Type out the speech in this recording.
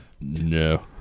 No